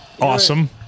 awesome